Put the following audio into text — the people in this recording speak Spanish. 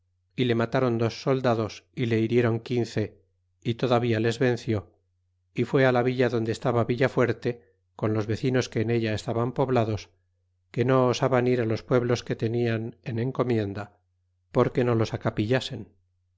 y le matron dos soldados y le hiriéron quince é todavía les venció y fue la villa donde estaba villafuerte con los vecinos que en ella estaban poblados que no osaban ir filos pueblos que tenian en encomienda porque no los a